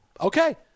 Okay